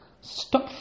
Stop